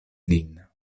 lin